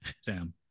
Sam